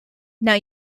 now